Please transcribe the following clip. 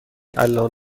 الان